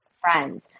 friends